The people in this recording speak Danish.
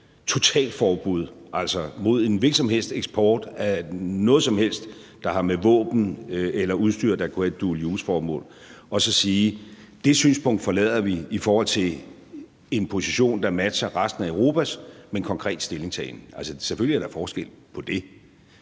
totalforbud mod en hvilken som helst eksport af noget som helst, der har at gøre med våben eller udstyr, der kunne have et dual use-formål, og så at sige, at det er et synspunkt, vi forlader til fordel for en position, der matcher resten af Europas med en konkret stillingtagen. Selvfølgelig er der forskel på det.